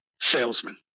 salesman